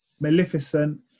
Maleficent